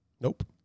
Nope